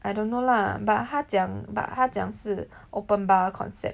I don't know lah but 他讲 but 他讲是 open bar concept